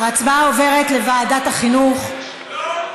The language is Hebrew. ההצעה להעביר את הצעת חוק זכויות הסטודנט (תיקון,